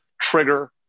trigger